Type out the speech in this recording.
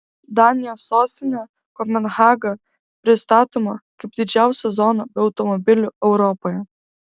danijos sostinė kopenhaga pristatoma kaip didžiausia zona be automobilių europoje